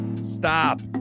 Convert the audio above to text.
stop